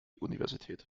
universität